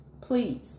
please